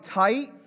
tight